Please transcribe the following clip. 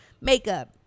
makeup